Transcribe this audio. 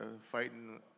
fighting